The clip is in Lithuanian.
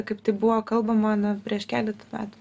kaip tai buvo kalbama na prieš keletą metų